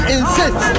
insist